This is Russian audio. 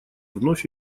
вновь